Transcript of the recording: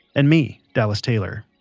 and me dallas taylor.